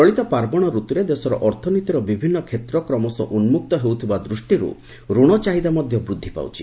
ଚଳିତ ପାର୍ବଣ ଋତୁରେ ଦେଶର ଅର୍ଥନୀତିର ବିଭିନ୍ନ କ୍ଷେତ୍ର କ୍ରମଶ ଉନ୍କକ୍ତ ହେଉଥିବା ଦୃଷ୍ଟିରୁ ଋଣ ଚାହିଦା ମଧ୍ୟ ବୃଦ୍ଧି ପାଉଛି